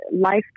life